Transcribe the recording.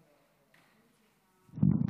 אדוני היושב-ראש, כנסת נכבדה, כבוד